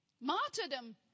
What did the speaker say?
Martyrdom